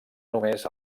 només